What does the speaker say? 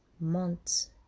months